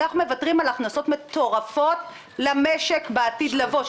אנחנו מוותרים על הכנסות מטורפות למשק בעתיד לבוא,